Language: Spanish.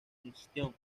junction